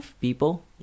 people